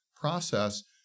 process